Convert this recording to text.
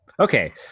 Okay